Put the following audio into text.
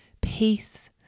peace